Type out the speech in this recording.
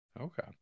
Okay